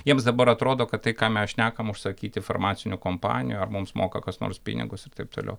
jiems dabar atrodo kad tai ką mes šnekam užsakyti farmacinių kompanijų ar mums moka kas nors pinigus ir taip toliau